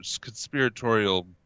conspiratorial